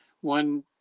one